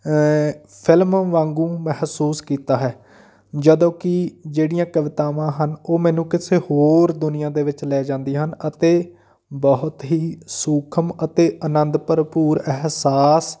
film ਵਾਂਗੂ ਮਹਿਸੂਸ ਕੀਤਾ ਹੈ ਜਦੋਂ ਕਿ ਜਿਹੜੀਆਂ ਕਵਿਤਾਵਾਂ ਹਨ ਉਹ ਮੈਨੂੰ ਕਿਸੇ ਹੋਰ ਦੁਨੀਆਂ ਦੇ ਵਿੱਚ ਲੈ ਜਾਂਦੀਆਂ ਹਨ ਅਤੇ ਬਹੁਤ ਹੀ ਸੂਖਮ ਅਤੇ ਆਨੰਦ ਭਰਪੂਰ ਅਹਿਸਾਸ